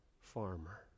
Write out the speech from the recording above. farmer